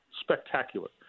Spectacular